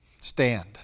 stand